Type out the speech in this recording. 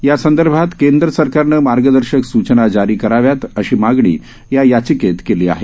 यासंदर्भात केंद्र सरकारनं मार्गदर्शक सूचना जारी कराव्यात अशी मागणी या याचिकेत केली आहे